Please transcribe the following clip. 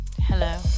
Hello